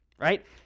Right